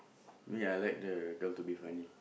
me I like the down to be funny